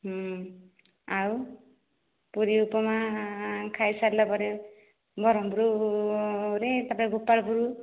ଆଉ ପୁରୀ ଉପମା ଖାଇ ସାରିଲା ପରେ ବରହମପୁର ରେ ସେଇଟା ଗୋପାଳପୁର